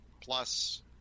plus